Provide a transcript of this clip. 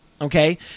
Okay